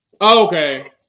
Okay